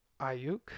Ayuk